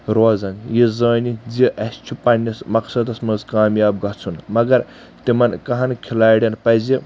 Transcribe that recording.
روزان یہِ زٲنِتھ زِ اسہِ چھُ پننس مقصدس منٛز کامیاب گژھُن مگر تِمن کہن کھِلاڑٮ۪ن پزِ